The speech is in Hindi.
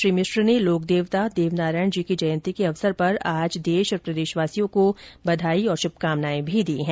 श्री मिश्र ने लोक देवता देवनारायण जी की जयंती के अवसर पर आज देश और प्रदेशवासियों को बघाई और शुभकामनाएं भी दी हैं